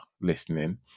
listening